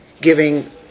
giving